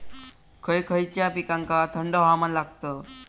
खय खयच्या पिकांका थंड हवामान लागतं?